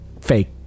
fake